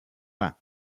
rhin